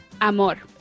Amor